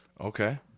Okay